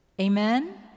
Amen